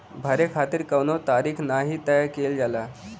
भरे खातिर कउनो तारीख नाही तय कईल जाला